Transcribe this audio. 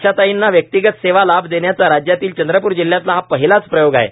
आशाताईंना व्यक्तिगत सेवा लाभ देण्याचा राज्यातील चंद्रप्र जिल्ह्यात हा पहिलाच प्रयोग आहे